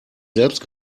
selbst